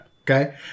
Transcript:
Okay